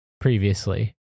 previously